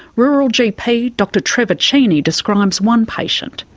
rural gp dr trevor cheney describes one patient,